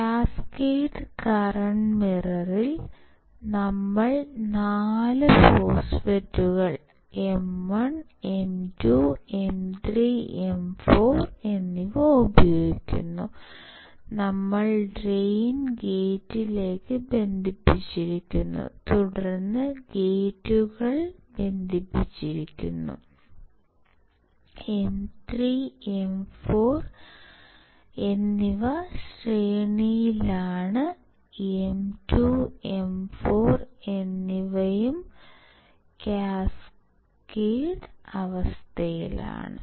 cascade ചെയ്ത current mirror ൽ നമ്മൾ 4 മോസ്ഫെറ്റുകൾ M1 M2 M3 M4 ഉപയോഗിക്കുന്നു നമ്മൾ ഡ്രെയിൻ ഗേറ്റിലേക്ക് ബന്ധിപ്പിക്കുന്നു തുടർന്ന് ഗേറ്റുകൾ ബന്ധിപ്പിക്കുന്നു M3 M4 എന്നിവ ശ്രേണിയിലാണ് M2 M4 എന്നിവയും കാസ്കേഡ് അവസ്ഥയിലാണ്